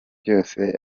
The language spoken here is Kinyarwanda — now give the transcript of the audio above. byose